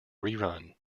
rerun